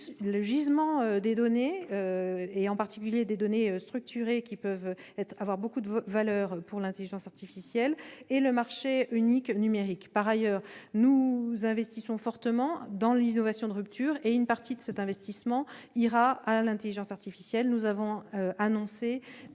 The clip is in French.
du gisement des données, en particulier des données structurées qui peuvent avoir une grande valeur pour l'intelligence artificielle, et du marché unique numérique. Par ailleurs, nous investissons fortement dans l'innovation de rupture, et une partie de cet investissement ira à l'intelligence artificielle. Nous avons annoncé